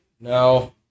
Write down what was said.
no